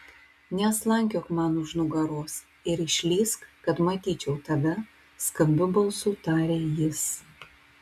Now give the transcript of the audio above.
neslankiok man už nugaros ir išlįsk kad matyčiau tave skambiu balsu tarė jis